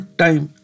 time